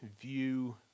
view